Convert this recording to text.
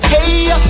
Hey